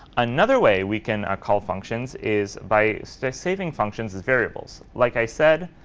another way we can ah call functions is by saving functions as variables. like i said,